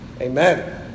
amen